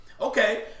Okay